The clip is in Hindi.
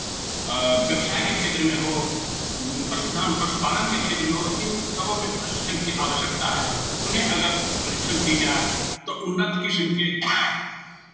व्यवसाय के क्षेत्र में हो पशुधन पशुपालन के क्षेत्र में हो इन सबों में प्रशिक्षण की आवश्यकता है उन्हें अगर प्रशिक्षण दी जाए तो उन्नत किस्म के